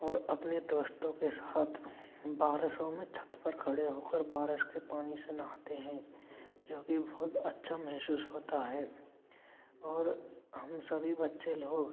और अपने दोस्तों के साथ बारिशों में छत पर खड़े होकर बारिश के पानी से नहाते हैं जो कि बहुत अच्छा महसूस होता है और हम सभी बच्चे लोग